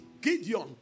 Gideon